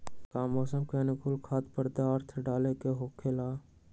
का मौसम के अनुकूल खाद्य पदार्थ डाले के होखेला?